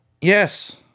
Yes